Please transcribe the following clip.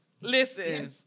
Listen